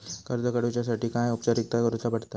कर्ज काडुच्यासाठी काय औपचारिकता करुचा पडता?